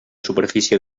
superfície